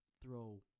throw